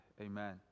amen